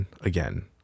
again